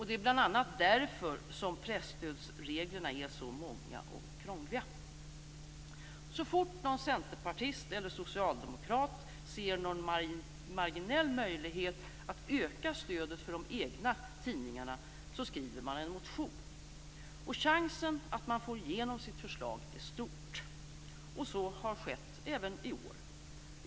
Det är bl.a. därför som presstödsreglerna är så många och krångliga. Så fort någon centerpartist eller socialdemokrat ser någon marginell möjlighet att öka stödet för de egna tidningarna skriver man en motion, och chansen att man får igenom sitt förslag är stor. Så har skett även i år.